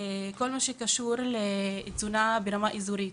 בכל הקשור לתזונה ברמה האזורית.